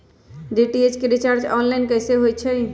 DTH के recharge online कैसे होईछई?